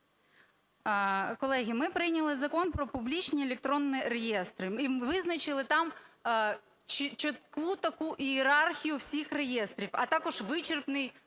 Колеги, ми прийняли Закон "Про публічні електронні реєстри", ми визначили там чітку таку ієрархію всіх реєстрів, а також вичерпний